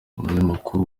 umunyamakuru